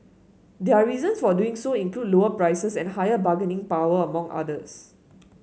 their reasons for doing so include lower prices and higher bargaining power among others